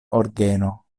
orgeno